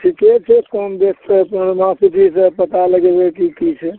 ठीके छै कम बेस तऽ पनोरमा सिटीसँ पता लगेबै कि की छै